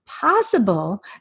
possible